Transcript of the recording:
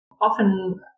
often